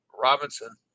Robinson